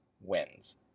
wins